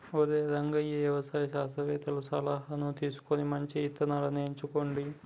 ఒరై రంగయ్య వ్యవసాయ శాస్త్రవేతల సలహాను తీసుకొని మంచి ఇత్తనాలను ఎంచుకోండి